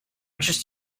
just